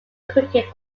cricket